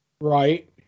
Right